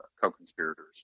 co-conspirators